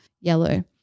yellow